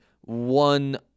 one